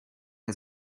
ihr